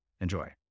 Enjoy